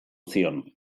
zion